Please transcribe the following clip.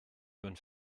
bonne